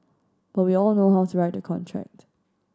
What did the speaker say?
but we all know how to write a contract